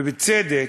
ובצדק: